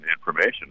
information